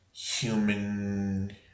human